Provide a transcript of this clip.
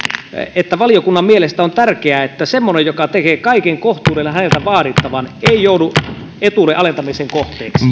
että valiokunnan mielestä on tärkeää että semmoinen joka tekee kaiken kohtuudella häneltä vaadittavan ei joudu etuuden alentamisen kohteeksi